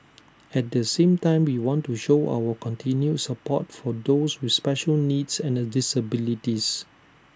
at the same time we want to show our continued support for those with special needs and disabilities